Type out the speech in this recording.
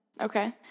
okay